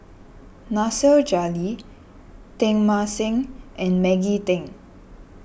Nasir Jalil Teng Mah Seng and Maggie Teng